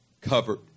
covered